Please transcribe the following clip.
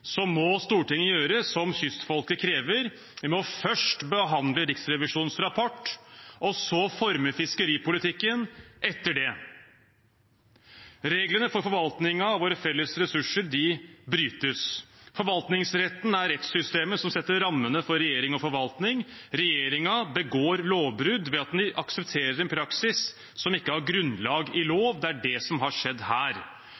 så tydelig kritikk, må Stortinget gjøre som kystfolket krever: Vi må først behandle Riksrevisjonens rapport og så forme fiskeripolitikken etter det. Reglene for forvaltningen av våre felles ressurser brytes. Forvaltningsretten er rettssystemet som setter rammene for regjering og forvaltning. Regjeringen begår lovbrudd ved at den aksepterer en praksis som ikke har grunnlag i lov. Det er det som har skjedd her.